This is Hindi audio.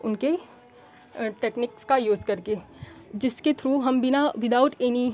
उनके टेक्नीक्स का यूज़ करके जिसके थ्रू हम बिना विदाउट एनी